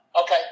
okay